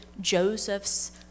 Joseph's